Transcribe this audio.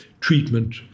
treatment